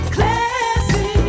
Classy